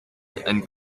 and